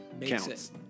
counts